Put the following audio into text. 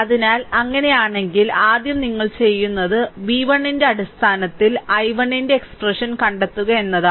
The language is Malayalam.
അതിനാൽ അങ്ങനെയാണെങ്കിൽ ആദ്യം നിങ്ങൾ ചെയ്യുന്നത് v1 ന്റെ അടിസ്ഥാനത്തിൽ i1 ന്റെ എക്സ്പ്രഷൻ കണ്ടെത്തുക എന്നതാണ്